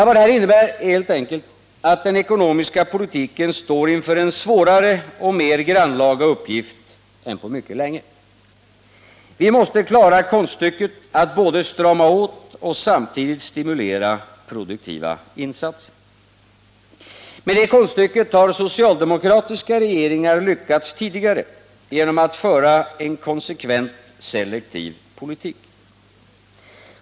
Vad detta innebär är helt enkelt att den ekonomiska politiken står inför en svårare och mer grannlaga uppgift än på mycket länge. Vi måste klara konststycket att samtidigt både strama åt och stimulera produktiva insatser. Med det konststycket har socialdemokratiska regeringar lyckats tidigare genom att föra en konsekvent selektiv politik.